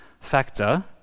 factor